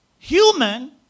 Human